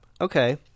Okay